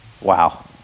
Wow